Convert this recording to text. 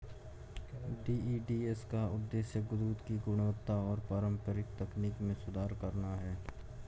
DEDS का उद्देश्य दूध की गुणवत्ता और पारंपरिक तकनीक में सुधार करना है